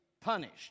punished